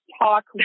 talk